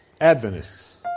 Adventists